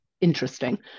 interesting